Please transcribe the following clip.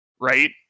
Right